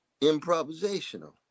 improvisational